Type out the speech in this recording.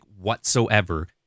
whatsoever